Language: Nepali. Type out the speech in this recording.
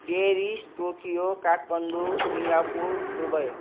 Paris Tokyo Kathmandu Singapore Dubai